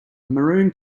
maroon